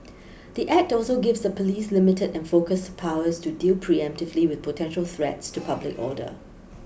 the Act also gives the police limited and focused powers to deal preemptively with potential threats to public order